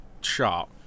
shot